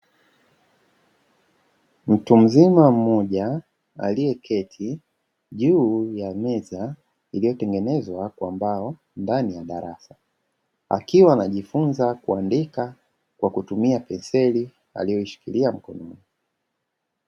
Mtu mzima mmoja aliyeketi juu ya meza iliyotengenezwa kwa mbao ndani ya darasa akiwa anajifunza kuandika kwa kutumia penseli aliyoishikilia mkononi.